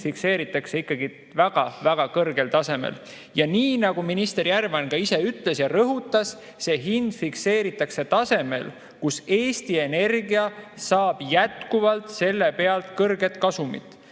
fikseeritakse ikkagi väga kõrgel tasemel. Ja nii nagu minister Järvan ka ise ütles ja rõhutas, see hind fikseeritakse tasemel, kus Eesti Energia saab jätkuvalt selle pealt kõrget kasumit. Miks